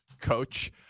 coach